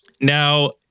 Now